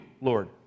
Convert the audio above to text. Lord